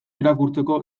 irakurtzeko